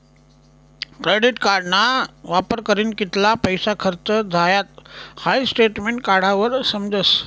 credit कार्डना वापर करीन कित्ला पैसा खर्च झायात हाई स्टेटमेंट काढावर समजस